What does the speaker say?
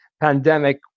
pandemic